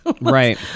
right